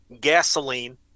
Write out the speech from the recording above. gasoline